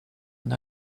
and